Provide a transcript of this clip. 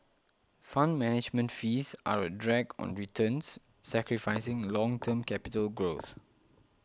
fund management fees are a drag on returns sacrificing long term capital growth